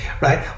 right